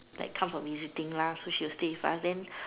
like come for visiting lah so she will stay with us then